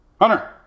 Hunter